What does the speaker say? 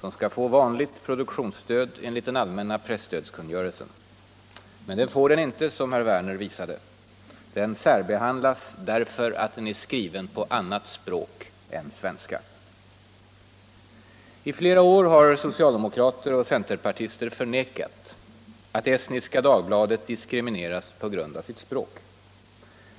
som skall få vanligt Onsdagen den produktionsstöd enligt den allmänna presstödskungörelsen. Men det får 14 maj 1975 den inte, som herr Werner i Malmö visade. Den särbehandlas, därför att den är skriven på annat språk än svenska. Riktlinjer för I flera år har socialdemokrater och centerpartister förnekat att Estniska invandraroch Dagbladet diskriminerats på grund av sitt språk.